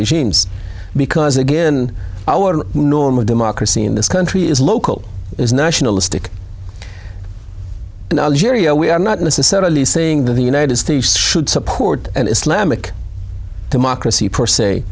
regimes because again our normal democracy in this country is local as nationalistic in algeria we are not necessarily saying that the united states should support an islamic democracy per se